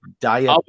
diet